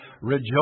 rejoice